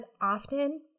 often